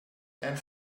and